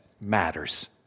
matters